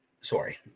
Sorry